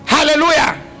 Hallelujah